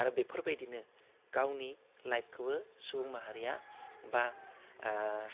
आरो बेफोरबायदिनो गावनि लाइफखौबो सुबुं माहारिया बा ओह